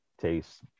taste